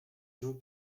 jean